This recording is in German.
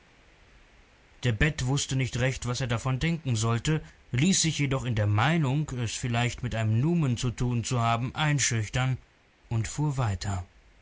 der bed wußte nicht recht was er davon denken sollte ließ sich jedoch in der meinung es vielleicht mit einem numen zu tun zu haben einschüchtern und fuhr weiter